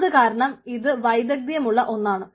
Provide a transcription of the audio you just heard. അത് കാരണം ഇത് വൈദഗ്ദ്ധ്യമുള്ള ഒന്നാണ്